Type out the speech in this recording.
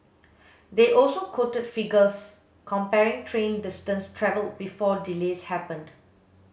they also quoted figures comparing train distance travelled before delays happened